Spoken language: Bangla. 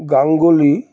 গাঙ্গুলি